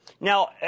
Now